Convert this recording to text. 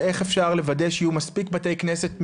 ואיך אפשר לוודא שיהיו מספיק בתי כנסת,